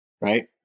right